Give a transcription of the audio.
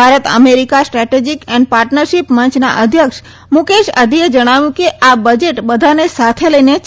Bharat America strategic and partnership મંચના અધ્યક્ષ મુકેશ અધિએ ૈ ણાવ્યું કે આ બજેટ બધાને સાથે લઈને યાલવાવાળુ છે